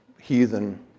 heathen